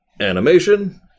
animation